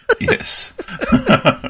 Yes